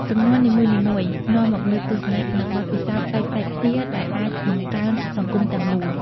ជំនាន់នីមួយៗនាំមកនូវទស្សនៈ និងបទពិសោធន៍ប្លែកៗគ្នាដែលអាចបង្កើនសង្គមទាំងមូល។